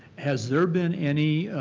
has there been any,